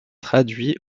traduit